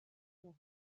hear